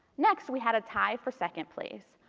next we had a tie for second place.